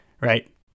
right